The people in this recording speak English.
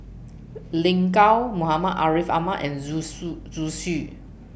Lin Gao Muhammad Ariff Ahmad and Zhu Su Zhu Xu